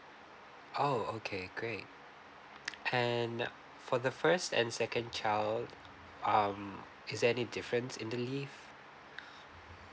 oh okay great and for the first and second child um is there any difference in the leave